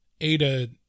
Ada